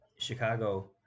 Chicago